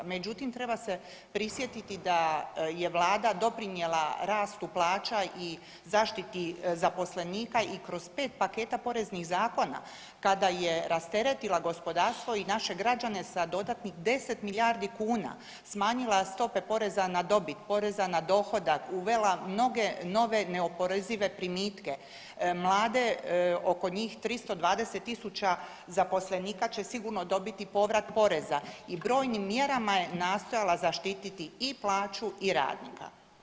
Međutim, treba se prisjetiti da je vlada doprinijela rastu plaća i zaštiti zaposlenika i kroz 5 paketa poreznih zakona kada je rasteretila gospodarstvo i naše građane sa dodatnih 10 milijardi kuna, smanjila stope poreza na dobit, poreza na dohodak, uvela mnoge nove neoporezive primitke, mlade, oko njih 320.000 zaposlenika će sigurno dobiti povrat poreza i brojnim mjerama je nastojala zaštititi i plaću i radnika.